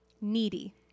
needy